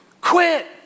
quit